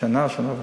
שנה וחצי.